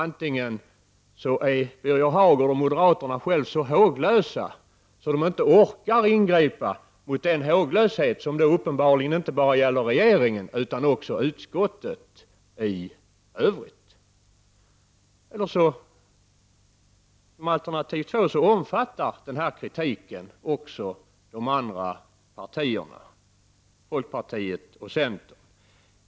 Den ena är att Birger Hagård och moderaterna själva är så håglösa att de inte orkar ingripa mot den håglöshet som uppenbarligen inte bara gäller regeringen utan också utskottet. Alternativt omfattar kritiken även de andra partierna — folkpartiet och centern.